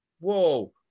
whoa